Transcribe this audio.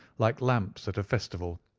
like lamps at a festival,